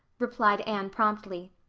replied anne promptly.